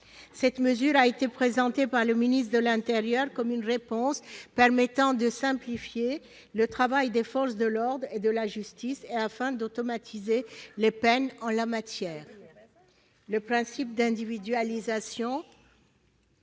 Cette mesure a été présentée par le ministre de l'intérieur comme une réponse permettant de simplifier le travail des forces de l'ordre et de la justice et d'automatiser les peines en la matière. Le principe de l'individualisation